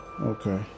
Okay